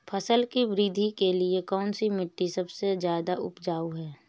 फसल की वृद्धि के लिए कौनसी मिट्टी सबसे ज्यादा उपजाऊ है?